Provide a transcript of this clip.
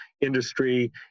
industry